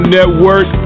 Network